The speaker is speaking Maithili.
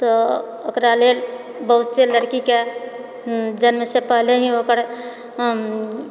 तऽ ओकरालेल बहुतसँ लड़कीके जन्मसँ पहले ही ओकर